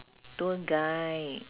tour guide